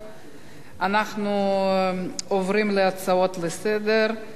אנחנו עוברים להצעות לסדר-היום.